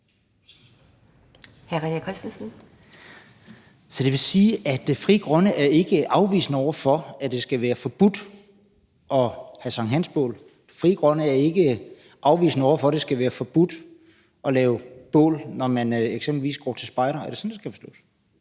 Så det vil sige, at Frie Grønne ikke er afvisende over for, at det skal være forbudt at have sankthansbål, Frie Grønne er ikke afvisende over for, at det skal være forbudt at lave bål, når man eksempelvis går til spejder. Er det sådan, det skal forstås?